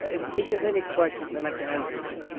if if there's any questions, i'd like to answer them.